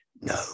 no